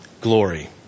glory